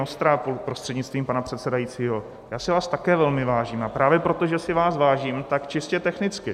Vostrá prostřednictvím pana předsedajícího, já si vás také velmi vážím a právě proto, že si vás vážím, tak čistě technicky.